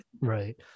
right